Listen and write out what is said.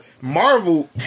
marvel